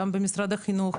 גם במשרד החינוך,